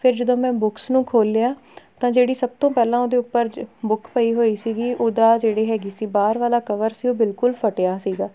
ਫਿਰ ਜਦੋਂ ਮੈਂ ਬੁੱਕਸ ਨੂੰ ਖੋਲ੍ਹਿਆ ਤਾਂ ਜਿਹੜੀ ਸਭ ਤੋਂ ਪਹਿਲਾਂ ਉਹਦੇ ਉੱਪਰ ਬੁੱਕ ਪਈ ਹੋਈ ਸੀਗੀ ਉਹਦਾ ਜਿਹੜੇ ਹੈਗੀ ਸੀ ਬਾਹਰ ਵਾਲਾ ਕਵਰ ਸੀ ਉਹ ਬਿਲਕੁਲ ਫਟਿਆ ਸੀਗਾ